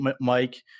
Mike